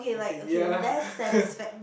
I think ya